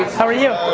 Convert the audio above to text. how are you?